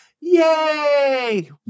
Yay